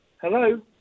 hello